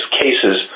cases